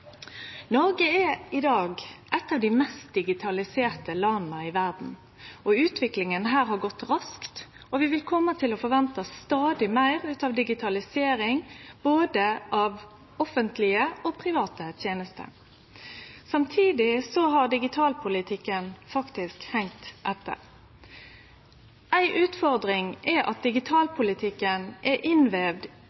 Noreg er i dag eit av dei mest digitaliserte landa i verda, utviklinga her har gått raskt, og vi vil kome til å forvente stadig meir digitalisering av både offentlege og private tenester. Samtidig har digitalpolitikken faktisk hange etter. Ei utfordring er at